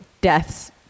deaths